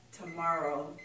tomorrow